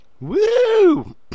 Woo